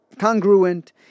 congruent